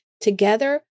Together